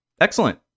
Excellent